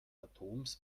atoms